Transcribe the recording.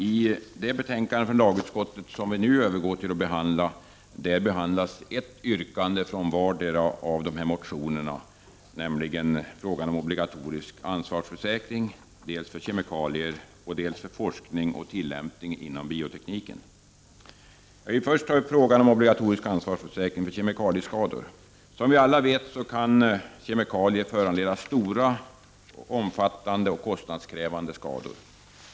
I det betänkande från lagutskottet som vi nu övergår till att debattera behandlas ett yrkande från var och en av dessa motioner, nämligen om obligatorisk ansvarsförsäkring, dels för kemikalier, dels för forskning och tilllämpning inom biotekniken. Jag vill först ta upp frågan om obligatorisk ansvarsförsäkring för kemikalieskador. Som vi alla vet kan kemikalier föranleda stora, omfattande och kostnadskrävande skador.